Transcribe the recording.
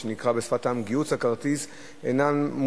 וזאת אף שחלק ניכר מסחר החוץ של מדינת ישראל